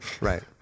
right